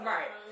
Right